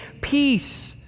peace